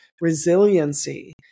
resiliency